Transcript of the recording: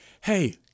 Hey